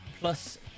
plus